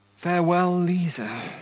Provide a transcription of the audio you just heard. farewell, liza!